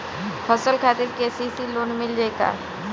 फसल खातिर के.सी.सी लोना मील जाई किना?